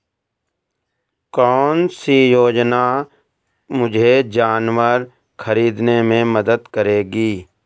कौन सी योजना मुझे जानवर ख़रीदने में मदद करेगी?